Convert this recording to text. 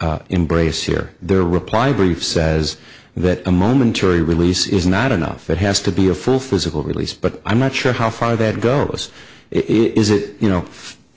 y embrace here there replied if says that a momentary release is not enough it has to be a full physical release but i'm not sure how far that goes is it you know